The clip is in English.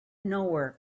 nowhere